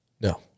No